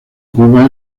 cuba